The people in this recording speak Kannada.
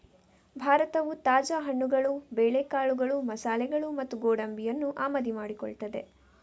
ಭಾರತವು ತಾಜಾ ಹಣ್ಣುಗಳು, ಬೇಳೆಕಾಳುಗಳು, ಮಸಾಲೆಗಳು ಮತ್ತೆ ಗೋಡಂಬಿಯನ್ನ ಆಮದು ಮಾಡಿಕೊಳ್ತದೆ